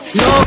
no